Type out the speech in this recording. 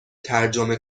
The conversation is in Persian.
ترجمه